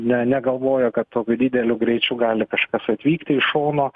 ne negalvojo kad tokiu dideliu greičiu gali kažkas atvykti iš šono